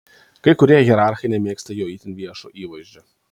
kai kurie hierarchai nemėgsta jo itin viešo įvaizdžio